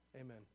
amen